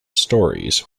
stories